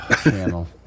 channel